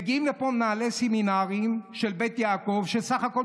מגיעים לפה מנהלי סמינרים של בית יעקב שבסך הכול,